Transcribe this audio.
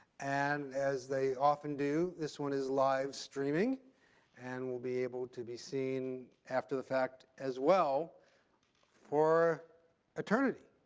and as they often do, this one is live streaming and will be able to be seen after the fact as well for eternity.